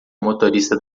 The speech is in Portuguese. motorista